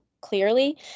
clearly